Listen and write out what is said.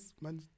Man